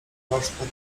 warsztat